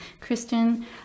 Kristen